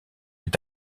est